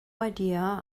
idea